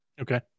Okay